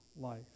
life